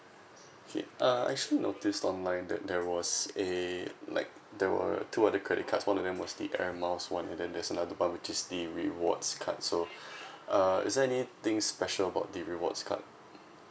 okay uh actually noticed online that there was a like there were two other credit cards one of them was the air miles one and then there's another one which is the rewards card so uh is there anything special about the rewards card